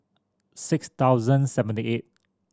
six thousand seventy eight